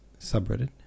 subreddit